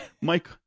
Mike